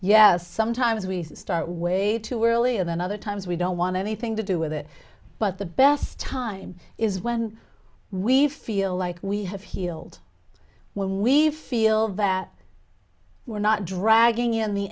yes sometimes we start way too early and then other times we don't want anything to do with it but the best time is when we feel like we have healed when we feel that we're not dragging in the